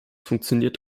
funktioniert